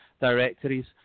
directories